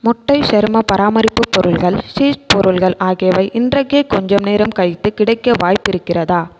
முட்டை சரும பராமரிப்பு பொருள்கள் சீஸ் பொருள்கள் ஆகியவை இன்றைக்கு கொஞ்சம் நேரம் கழித்து கிடைக்க வாய்ப்பிருக்கிறதா